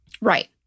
Right